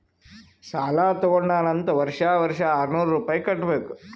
ಸಾಲಾ ತಗೊಂಡಾನ್ ಅಂತ್ ವರ್ಷಾ ವರ್ಷಾ ಆರ್ನೂರ್ ರುಪಾಯಿ ಕಟ್ಟಬೇಕ್